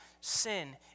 sin